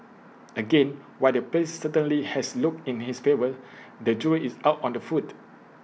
again while the place certainly has looks in its favour the jury is out on the food